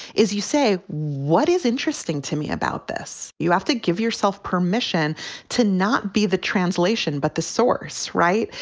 is you say what is interesting to me about this. this. you have to give yourself permission to not be the translation, but the source. right.